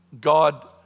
God